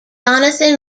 johnathan